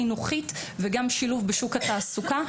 חינוכית ושילוב בשוק התעסוקה,